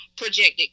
projected